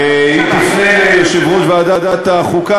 ואם תפנה ליושב-ראש ועדת החוקה,